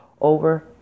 over